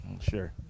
sure